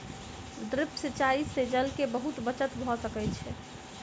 drip सिचाई से जल के बहुत बचत भ सकै छै